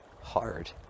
hard